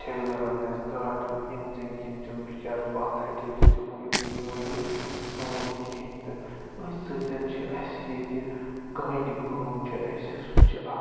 ٹھیکہٕ دَرَن آسہِ گاٹہٕ ییٚمہِ زٔنۍ کِنۍ تِم بِچار پَتھ ہَٹے تہِ تِمو ہیوٚت نہٕ یہِ ؤریہِ ژوٗنٛٹھۍ کِہیٖنۍ تہٕ أتھۍ سۭتۍ چھِ اَسہِ ییٚتہِ کانہِ کٲم چھِ اَسہِ سُہ تہِ چھُ اَکھ